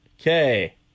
Okay